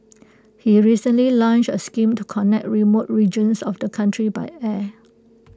he recently launched A scheme to connect remote regions of the country by air